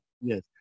Yes